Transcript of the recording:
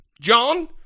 John